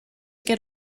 get